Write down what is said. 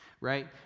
right